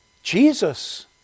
Jesus